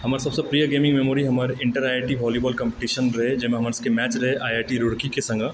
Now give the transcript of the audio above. हमर सबसँ प्रिय गेमिङ्ग मेमोरी हमर inter I I T volleyball competition रहए जाहिमे हमर सभक मैच रहए आइ आइ टी रूड़कीके सङ्गे